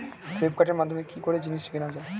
ফ্লিপকার্টের মাধ্যমে কি করে জিনিস কেনা যায়?